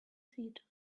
seat